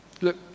Look